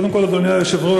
קודם כול, אדוני היושב-ראש,